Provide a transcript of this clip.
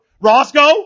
roscoe